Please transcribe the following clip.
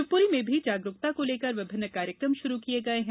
शिवपुरी में भी जागरूकता को लेकर विभिन्न कार्यक्रम शुरू किये गये है